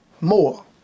more